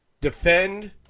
defend